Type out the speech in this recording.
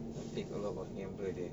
take a look got camera there